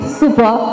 super